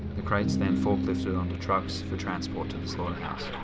the crates then forklifted onto trucks for transport to the slaughterhouse.